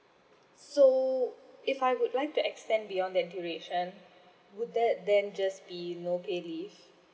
so if I would like to extend beyond that duration would that then just be no pay leave